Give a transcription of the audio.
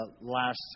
last